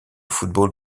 football